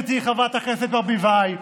גברתי חברת הכנסת ברביבאי.